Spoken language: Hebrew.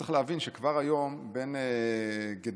צריך להבין שכבר היום בין גדרה,